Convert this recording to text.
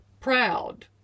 proud